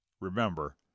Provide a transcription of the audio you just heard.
remember